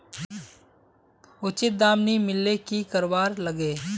उचित दाम नि मिलले की करवार लगे?